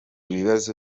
bibazo